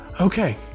Okay